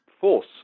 force